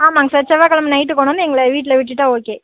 ஆமாங்க சார் செவ்வாக்கிழம நைட்டு கொண்டுவந்து எங்களை வீட்டில் விட்டுவிட்டா ஓகே